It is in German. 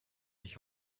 ich